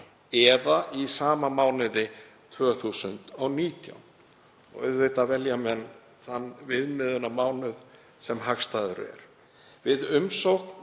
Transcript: eða í sama mánuði árið 2019. Og auðvitað velja menn þann viðmiðunarmánuð sem hagstæðari er.